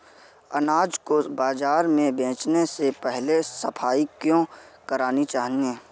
अनाज को बाजार में बेचने से पहले सफाई क्यो करानी चाहिए?